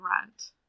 rent